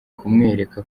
kumwereka